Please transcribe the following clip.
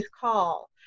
call